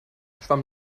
schwamm